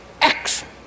action